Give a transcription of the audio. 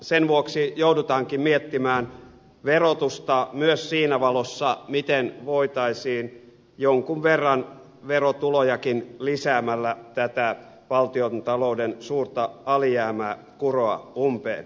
sen vuoksi joudutaankin miettimään verotusta myös siinä valossa miten voitaisiin jonkun verran verotulojakin lisäämällä tätä valtiontalouden suurta alijäämää kuroa umpeen